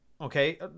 Okay